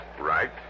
Right